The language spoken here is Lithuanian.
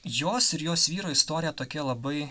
jos ir jos vyro istorija tokia labai